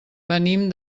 venim